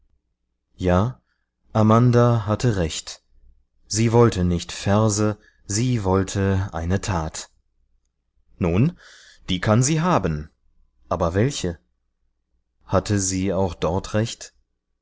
ja amanda hatte recht sie wollte nicht verse sie wollte eine tat nun die kann sie haben aber welche hatte sie auch dort recht